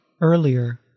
earlier